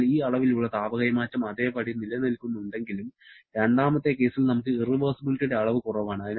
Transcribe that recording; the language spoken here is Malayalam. അതിനാൽ ഈ അളവിലുള്ള താപ കൈമാറ്റം അതേപടി നിലനിൽക്കുന്നുണ്ടെങ്കിലും രണ്ടാമത്തെ കേസിൽ നമുക്ക് ഇറവെർസിബിലിറ്റിയുടെ അളവ് കുറവാണ്